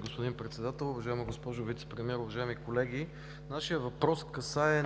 господин Председател, уважаема госпожо Вицепремиер, уважаеми колеги! Нашият въпрос касае